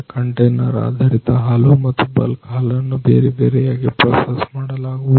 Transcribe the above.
container ಆಧರಿತ ಹಾಲು ಮತ್ತು ಬಲ್ಕ್ ಹಾಲನ್ನ ಬೇರೆಬೇರೆಯಾಗಿ ಪ್ರಾಸೆಸ್ ಮಾಡುವುದು